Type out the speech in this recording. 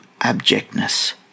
abjectness